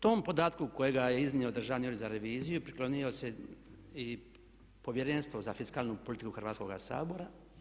Tom podatku kojega je iznio Državni ured za reviziju priklonio se i Povjerenstvo za fiskalnu politiku Hrvatskoga sabora.